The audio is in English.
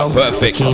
perfect